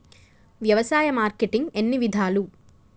వ్యవసాయ మార్కెటింగ్ ఎన్ని విధాలు?